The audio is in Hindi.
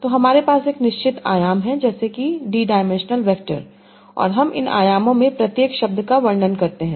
तो हमारे पास एक निश्चित आयाम है जैसे कि डी डायमेंशनल वेक्टर और हम इन आयामों में प्रत्येक शब्द का वर्णन करते हैं